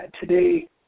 today